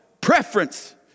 Preference